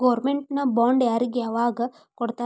Government bond ಯಾರಿಗೆ ಯಾವಗ್ ಕೊಡ್ತಾರ?